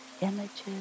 images